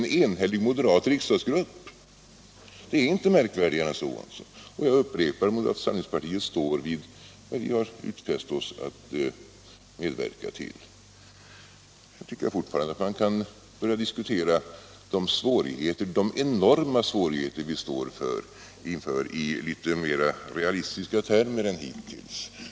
en enig moderat riksdagsgrupp. Det är inte märkvärdigare än så. Jag upprepar att moderata samlingspartiet står för vad vi har utfäst oss att medverka till. Jag tycker fortfarande att man kan börja diskutera de enorma svårigheter vi står inför i litet mera realistiska termer än hittills.